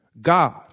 God